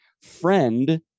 friend